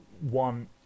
one